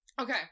Okay